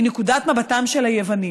מנקודת מבטם של היוונים.